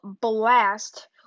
blast